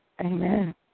Amen